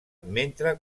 mentre